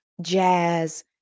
jazz